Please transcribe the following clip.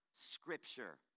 scripture